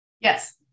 Yes